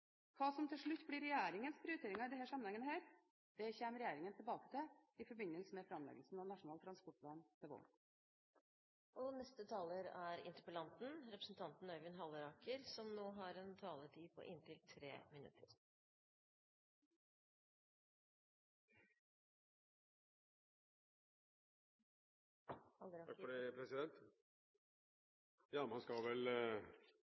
Hva som til slutt blir regjeringens prioriteringer i denne sammenhengen, kommer regjeringen tilbake til i forbindelse med framleggelsen av Nasjonal transportplan til våren. Man skal vel